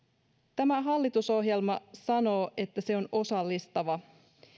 tämä hallitusohjelma sanoo että se on osallistava